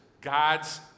God's